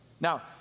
Now